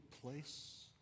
place